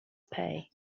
pay